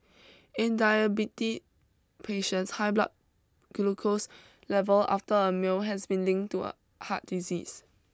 Berlin would press with its allies and partners for further worldwide disarmament